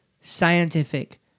scientific